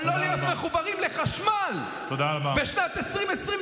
אבל לא להיות מחוברים לחשמל בשנת 2024?